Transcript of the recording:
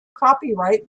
copyright